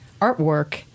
artwork